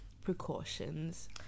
precautions